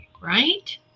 right